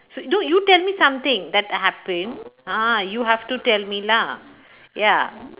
s~ d~ you tell me something that happened ah you have to tell me lah ya